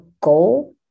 goal